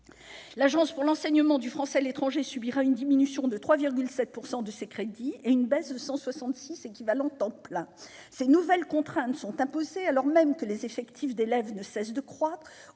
L'Agence pour l'enseignement du français à l'étranger subira une diminution de 3,7 % de ses crédits et une baisse de 166 équivalents temps plein. Ces nouvelles contraintes sont imposées alors même que les effectifs d'élèves ne cessent de croître,